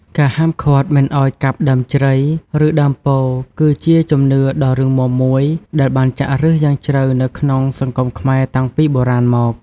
ការហាមឃាត់មិនឱ្យកាប់ដើមជ្រៃ ឬដើមពោធិ៍គឺជាជំនឿដ៏រឹងមាំមួយដែលបានចាក់ឫសយ៉ាងជ្រៅនៅក្នុងសង្គមខ្មែរតាំងពីបុរាណមក។